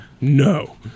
No